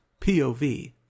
POV